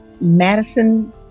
Madison